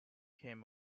kim